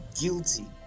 guilty